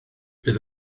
bydd